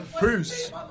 Bruce